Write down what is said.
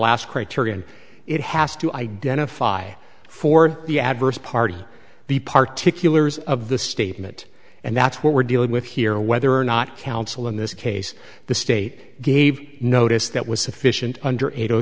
last criterion it has to identify for the adverse party the particularly of the statement and that's what we're dealing with here whether or not council in this case the state gave notice that was sufficient under eight o